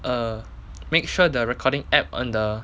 err make sure the recording app on the